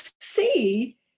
see